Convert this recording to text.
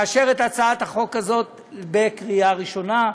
לאשר אותה בקריאה ראשונה.